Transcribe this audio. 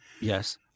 Yes